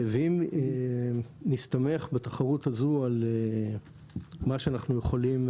האתגר הזה הוא אתגר קשה,